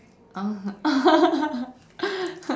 uh